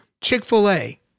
Chick-fil-A